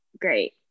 great